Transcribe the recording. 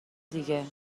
دیگه